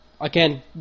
again